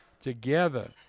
together